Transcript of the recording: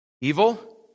evil